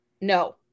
No